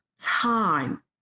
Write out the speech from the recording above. Time